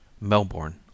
Melbourne